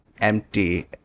empty